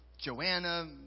Joanna